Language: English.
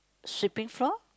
sweeping floor